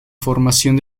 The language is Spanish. formación